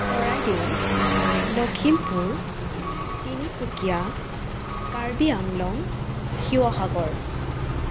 Charaideo Lakhimpur Tinsukia Karbi Anglong Sivasagar